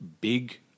big